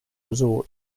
resort